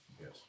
Yes